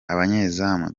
abanyezamu